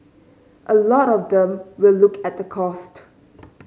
a lot of them will look at the cost